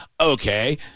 Okay